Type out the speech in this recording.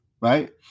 right